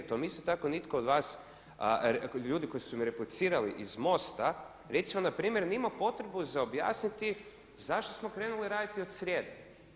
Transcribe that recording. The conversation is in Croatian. To mi isto tako nitko od vas ljudi koji su mi replicirali iz MOST-a, recimo npr. … potrebu za objasniti zašto smo krenuli raditi od srijede.